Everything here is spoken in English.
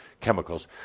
chemicals